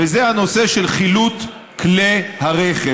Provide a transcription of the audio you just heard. וזה הנושא של חילוט כלי הרכב.